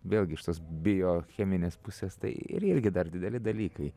vėlgi iš tos biocheminės pusės tai ir irgi dar dideli dalykai